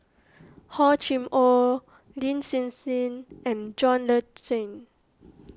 Hor Chim or Lin Hsin Hsin and John Le Cain